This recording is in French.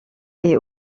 est